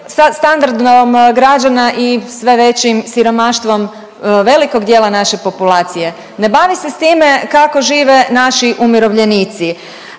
standardom građana i sve većim siromaštvom velikog dijela naše populacije, ne bavi se s time kako žive naši umirovljenici,